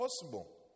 possible